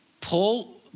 Paul